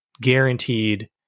guaranteed